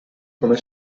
come